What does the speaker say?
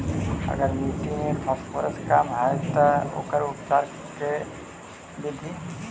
अगर मट्टी में फास्फोरस कम है त ओकर उपचार के का बिधि है?